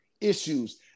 issues